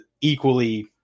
equally